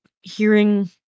hearing